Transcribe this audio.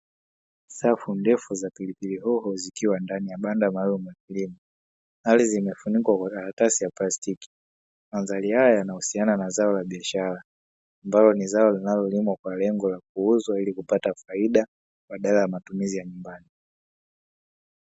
Safu ndefu za pilipili hoho zikiwa ndani ya banda maalum la kilimo ardhi imefunikwa kwa karatasi ya plastiki. Mandhari hii inahusiana na zao la biashara ambalo ni zao linalolimwa kwa lengo la kuuzwa ili kupata faida badala ya matumizi ya nyumbani.